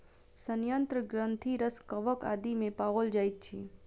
सयंत्र ग्रंथिरस कवक आदि मे पाओल जाइत अछि